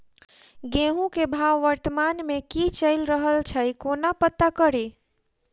गेंहूँ केँ भाव वर्तमान मे की चैल रहल छै कोना पत्ता कड़ी?